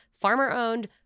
Farmer-owned